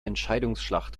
entscheidungsschlacht